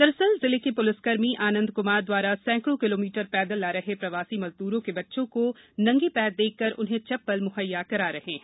दरअसल जिले के प्लिसकर्मी आनंद कुमार दवारा सैंकडों किलामीटर पैदल आ रहे प्रवासी मजद्रों और बच्चों का क नंगे पैर देखकर उन्हें चप्पल मुहैया करा रहे हैं